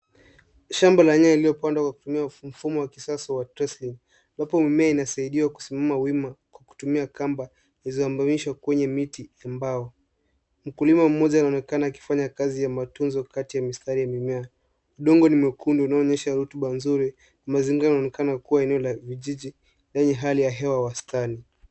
Shamba la nyanya ilio pandwa kwa kutumia mfumo wa kisasa wa trestling . Ambapo mimea inasaidia kusimima wima kwa kutumia kamba iliozambinishwa kwenye miti wa mbao. Mkulima mmoja ana onekana akifanya kazi ya matunzo kati ya mistari ya mimea. Udongo ni mwekundu na unaonyesha rutuba nzuri. Mazingara unaonekana kuwa eneo la vijiji na yenye hali ya hewa wastani.